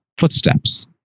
footsteps